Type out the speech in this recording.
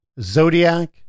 zodiac